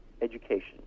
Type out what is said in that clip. education